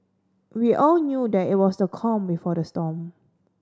we all knew that it was the calm before the storm